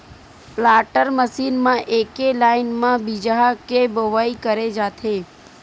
planter machine म एके line म बीजहा के बोवई करे जाथे